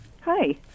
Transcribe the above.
Hi